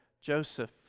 Joseph